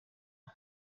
aha